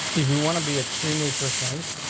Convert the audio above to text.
if you want to be extremely precise,